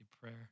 prayer